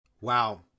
Wow